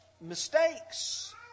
Mistakes